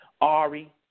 Ari